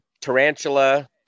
tarantula